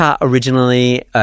originally